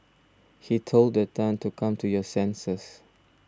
he told Tan to come to your senses